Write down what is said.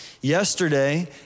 Yesterday